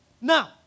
Now